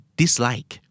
dislike